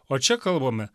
o čia kalbame